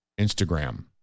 Instagram